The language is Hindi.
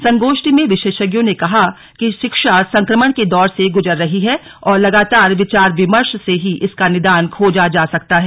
संगोष्ठी में विशेषज्ञों ने कहा कि शिक्षा संक्रमण के दौर से गुजर रही है और लगातार विचार विमर्श से ही इसका निदान खोजा जा सकता हैं